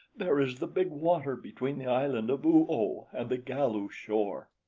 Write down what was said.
there is the big water between the island of oo-oh and the galu shore.